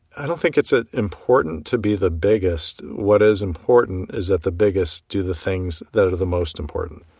i don't think it's ah important to be the biggest, what is important is that the biggest do the things that are the most important.